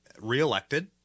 reelected